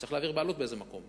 צריך להעביר בעלות באיזה מקום.